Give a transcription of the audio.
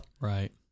Right